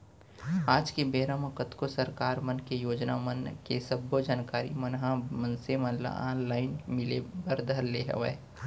आज के बेरा म कतको सरकार मन के योजना मन के सब्बो जानकारी मन ह मनसे मन ल ऑनलाइन मिले बर धर ले हवय